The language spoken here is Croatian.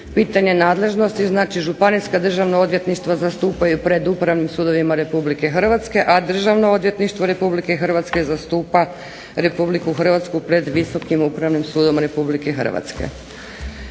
pitanje nadležnosti, znači Županijska državna odvjetništva zastupaju pred upravnim sudovima RH, a Državno odvjetništvo RH zastupa RH pred Visokim Upravnim sudom RH. Zakon